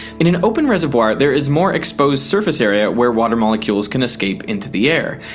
in an open reservoir, there is more exposed surface area where water molecules can escape into the air.